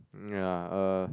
yeah uh